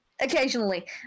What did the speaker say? occasionally